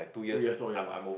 two years old ya